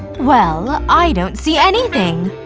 well, i don't see anything.